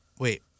Wait